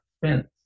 fence